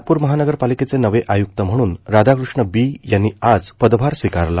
नागपूर महानगरपालिकेचे नवे आयुक्त म्हणून राधाकृष्ण बी यांनी आज पदभार स्वीकारला